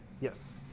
Yes